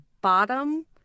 bottom